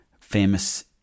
famous